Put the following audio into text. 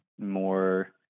more